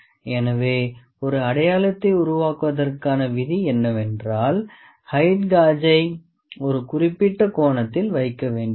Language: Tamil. எனவே ஒரு அடையாளத்தை உருவாக்குவதற்கான விதி என்னவென்றால் ஹெயிட் காஜை ஒரு குறிப்பிட்ட கோணத்தில் வைக்க வேண்டும்